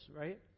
right